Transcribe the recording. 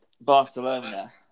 Barcelona